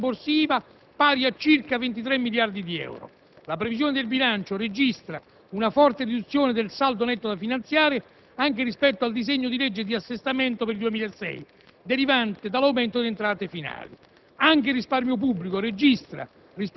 e al netto delle relazioni contabili e debitorie dei rimborsi IVA, pari a circa 23 miliardi di euro. La previsione del bilancio registra una forte riduzione del saldo netto da finanziare anche rispetto al disegno di legge di assestamento per il 2006, derivante dall'aumento delle entrate finali.